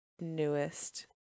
newest